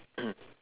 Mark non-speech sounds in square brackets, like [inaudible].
[coughs]